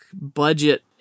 budget